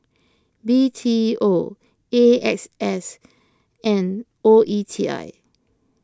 B T O A X S and O E T I